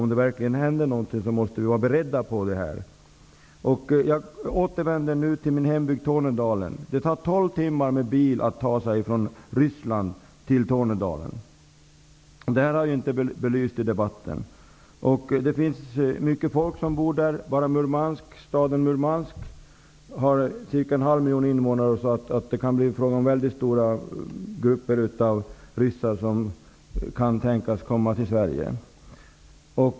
Om det verkligen händer något måste vi vara beredda. Jag kan ta min hembygd Tornedalen som exempel. Det tar tolv timmar med bil att ta sig från Ryssland till Tornedalen. Den aspekten har inte belysts i debatten. Många människor bor i dessa trakter. Bara i staden Murmansk finns det ungefär en halv miljon invånare. Det kan bli fråga om stora grupper av ryssar som kan tänkas komma till Sverige.